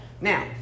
Now